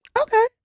okay